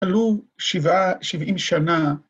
‫עלו שבעה שבעים שנה